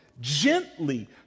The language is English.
gently